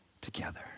together